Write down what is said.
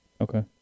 Okay